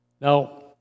Now